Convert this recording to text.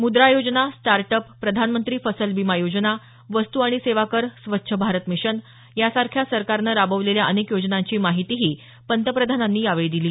मुद्रा योजना startup प्रधानमंत्री फसल बीमा योजना वस्तू आणि सेवा कर स्वच्छ भारत मिशन यासारख्या सरकारनं राबवलेल्या अनेक योजनांची माहितीही पंतप्रधानांनी यावेळी दिली